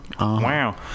Wow